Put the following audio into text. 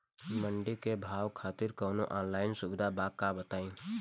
मंडी के भाव खातिर कवनो ऑनलाइन सुविधा बा का बताई?